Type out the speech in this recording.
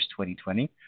2020